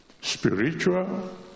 spiritual